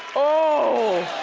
oh,